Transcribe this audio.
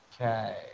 Okay